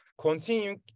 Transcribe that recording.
Continue